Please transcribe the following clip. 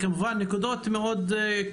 אני אציין כמה נקודות מאוד כלליות.